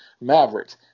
Mavericks